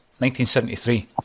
1973